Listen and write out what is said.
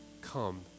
come